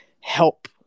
help